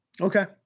Okay